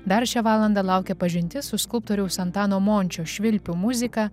dar šią valandą laukia pažintis su skulptoriaus antano mončio švilpių muzika